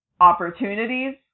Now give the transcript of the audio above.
opportunities